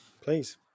please